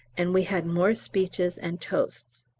and we had more speeches and toasts.